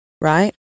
right